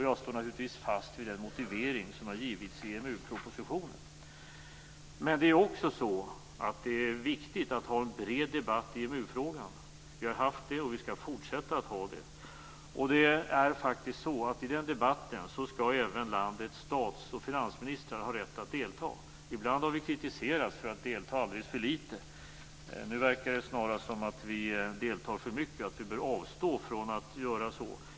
Jag står naturligtvis fast vid den motivering som har givits i EMU Men det är också viktigt att ha en bred debatt i EMU-frågan. Vi har haft det, och vi skall fortsätta att ha det. Och i den debatten skall faktiskt även landets stats och finansministrar ha rätt att delta. Ibland har vi kritiserats för att delta alldeles för litet. Nu verkar det snarast som om vi deltar för mycket och bör avstå från att göra så.